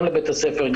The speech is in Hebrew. גם לבית הספר,